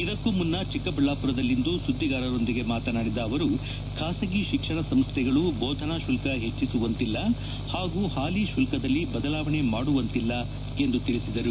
ಇದಕ್ಕೂ ಮುನ್ನ ಚಿಕ್ಕಬಳ್ಳಾಪುರದಲ್ಲಿಂದು ಸುದ್ದಿಗಾರರೊಂದಿಗೆ ಮಾತನಾಡಿದ ಅವರು ಖಾಸಗಿ ಶಿಕ್ಷಣ ಸಂಶ್ವೆಗಳು ಬೋಧನಾ ಶುಲ್ಕ ಹೆಚ್ಚಿಸುವಂತಿಲ್ಲ ಹಾಗೂ ಹಾಲಿ ಶುಲ್ನದಲ್ಲಿ ಬದಲಾವಣೆ ಮಾಡುವಂತಿಲ್ಲ ಎಂದು ತಿಳಿಸಿದರು